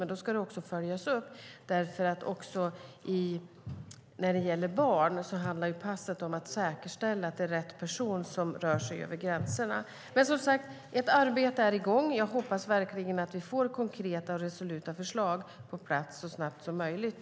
Men detta ska också följas upp - också när det gäller barn handlar passet om att säkerställa att det är rätt person som rör sig över gränserna. Som sagt: ett arbete är i gång, och jag hoppas verkligen att vi får konkreta och resoluta förslag på plats så snabbt som möjligt.